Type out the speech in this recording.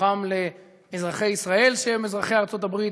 ובתוכם לאזרחי ישראל שהם אזרחי ארצות-הברית,